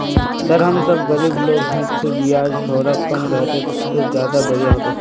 sir हम सब गरीब लोग है तो बियाज थोड़ा कम रहते तो ज्यदा बढ़िया होते